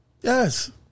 Yes